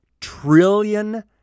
trillion